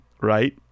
Right